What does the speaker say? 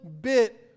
bit